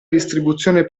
distribuzione